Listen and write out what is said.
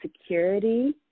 security